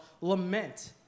lament